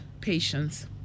Patience